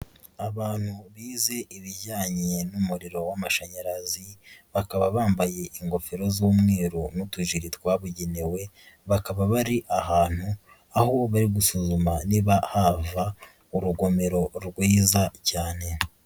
Abantu bize ibijyanye n'umuriro w'amashanyarazi, bakaba bambaye ingofero z'umweru n'utujuri twabugenewe, bakaba bari ahantu, aho bari gusuzuma niba hava urugomero rwiza cyane.